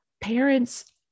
parents